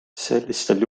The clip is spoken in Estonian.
sellistel